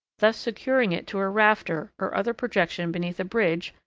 thus securing it to a rafter or other projection beneath a bridge,